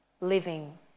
living